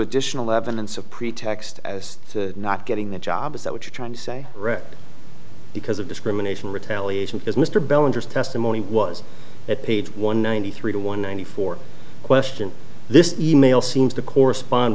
additional evidence of pretext as to not getting the job is that what you're trying to say because of discrimination retaliation because mr beilin just testimony was at page one ninety three to one ninety four question this e mail seems to correspond